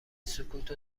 سکوتو